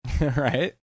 Right